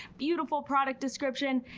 beautiful product description.